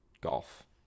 golf